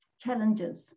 challenges